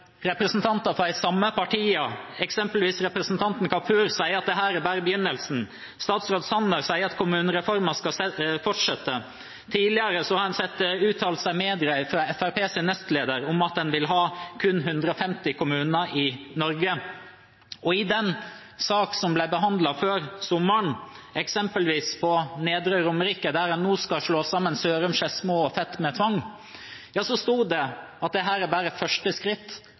representanter fra de samme partiene, eksempelvis representanten Kapur, sier at dette bare er begynnelsen. Statsråd Sanner sier at kommunereformen skal fortsette. Tidligere har en sett uttalelser i media fra Fremskrittspartiets nestleder om at en kun vil ha 150 kommuner i Norge. Og i den saken som ble behandlet før sommeren, eksempelvis på Nedre Romerike, der en nå skal slå sammen Sørum, Skedsmo og Fet med tvang, sto det at dette bare er første skritt